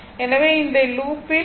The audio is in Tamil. எனவே இந்த லூப் ல் கே